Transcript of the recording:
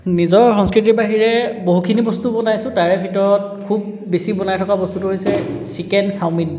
নিজৰ সংস্কৃতিৰ বাহিৰে বহুখিনি বস্তু বনাইছোঁ তাৰে ভিতৰত খুব বেছি বনাই থকা বস্তুটো হৈছে চিকেন চাওমিন